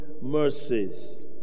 mercies